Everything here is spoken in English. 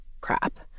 crap